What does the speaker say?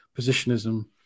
positionism